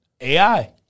AI